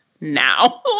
now